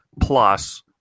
plus